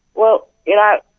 well, you know,